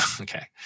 okay